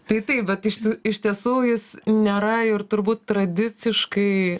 tai taip bet iš t iš tiesų jis nėra ir turbūt tradiciškai